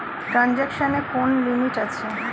ট্রানজেকশনের কি কোন লিমিট আছে?